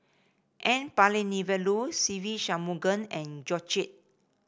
N Palanivelu Se Ve Shanmugam and Georgette Chen